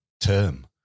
term